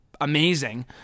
amazing